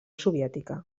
soviètica